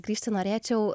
grįžti norėčiau